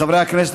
חברי הכנסת,